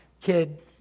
kid